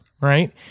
right